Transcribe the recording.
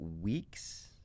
weeks